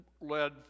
led